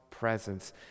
presence